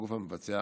הגוף המבצע.